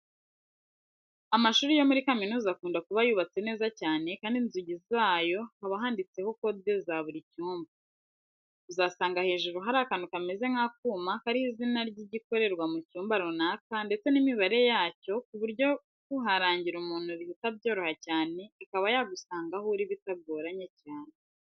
Amashuri yo muri kaminuza akunda kuba yubatse neza cyane kandi inzugi zayo haba handitseho kode za buri cyumba. Uzasanga hejuru hari akantu kameze nk'akuma kariho izina ry'igikorerwa mu cyumba runaka ndetse n'imibare yacyo ku buryo kuharangira umuntu bihita byoroha cyane akaba yagusanga aho uri bitagoranye cyane.